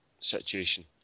situation